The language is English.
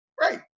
Right